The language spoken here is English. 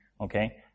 okay